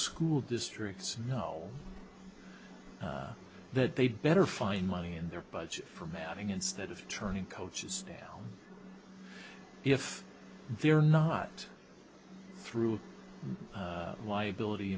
school districts know that they'd better find money in their budget for manning instead of turning coaches now if they're not through liability